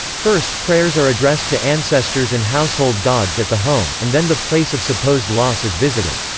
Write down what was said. first, prayers are addressed to ancestors and household gods at the home, and then the place of supposed loss is visited.